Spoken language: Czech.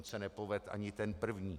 On se nepovedl ani ten první.